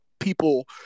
people